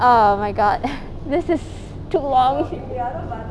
oh my god this is too long